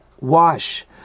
wash